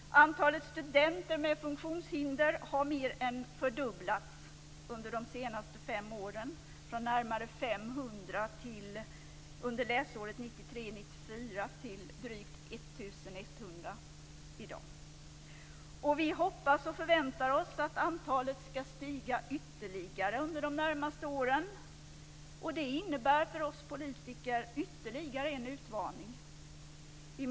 Antalet studenter med funktionshinder har mer än fördubblats under de senaste fem åren, från närmare 500 under läsåret 1993/94 till drygt 1 100 i dag. Vi hoppas och förväntar oss att antalet skall stiga ytterligare under de närmaste åren, och det innebär ytterligare en utmaning för oss politiker.